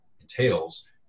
entails